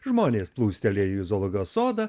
žmonės plūstelėjo į zoologijos sodą